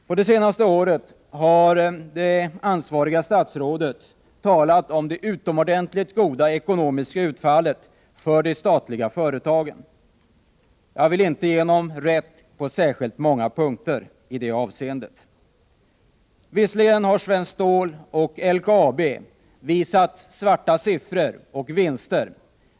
Under det senaste året har det ansvariga statsrådet talat om det utomordentligt goda ekonomiska utfallet för de statliga företagen. Jag vill inte ge honom rätt på särskilt många punkter i det avseendet. Visserligen har Svenskt Stål och LKAB visat vinster.